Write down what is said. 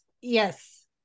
yes